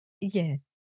Yes